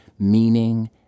meaning